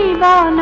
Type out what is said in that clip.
la